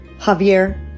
Javier